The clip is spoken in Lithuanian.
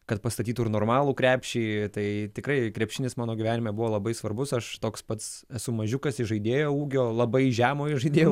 kad pastatytų ir normalų krepšį tai tikrai krepšinis mano gyvenime buvo labai svarbus aš toks pats esu mažiukas įžaidėjo ūgio labai žemo įžaidėjo